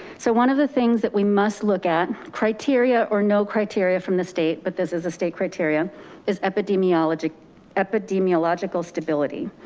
so one of the things that we must look at, criteria or no criteria from the state, but this is a state criteria is epidemiological epidemiological stability.